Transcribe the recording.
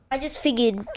i just figured,